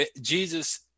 Jesus